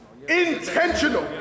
intentional